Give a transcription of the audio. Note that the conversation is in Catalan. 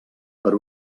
per